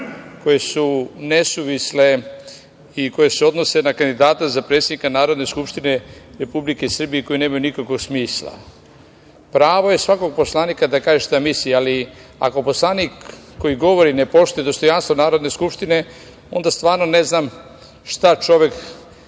koje su nesuvisle i koje se odnose na kandidata za predsednika Narodne skupštine Republike Srbije koje nemaju nikakvog smisla. Pravo je svakog poslanika da kaže šta misli, ali ako poslanik koji govori ne poštuje dostojanstvo Narodne skupštine, onda stvarno ne znam šta čovek